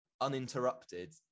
uninterrupted